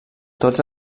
tots